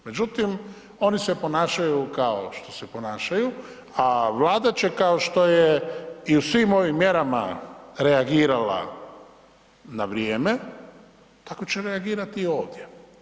Međutim, oni se ponašaju kao što se ponašaju, a Vlada će, kao što je i u svim ovim mjerama reagirala na vrijeme, tako će reagirati i ovdje.